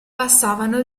passavano